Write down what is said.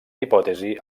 hipòtesi